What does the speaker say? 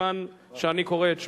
בזמן שאני קורא את שמו,